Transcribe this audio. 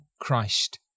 Christ